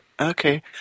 Okay